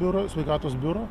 biuro sveikatos biuro